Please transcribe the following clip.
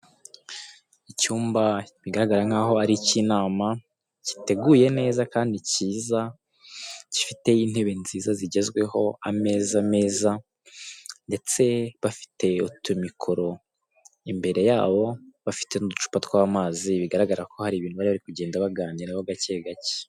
Icyumba bigaragara nkaho ari icy'inama giteguye neza kandi cyiza, gifite intebe nziza zigezweho ameza meza, ndetse bafite utumikoro imbere yabo bafite n'uducupa tw'amazi bigaragara ko hari ibintu bari bari kugenda baganiraho gacye gacye.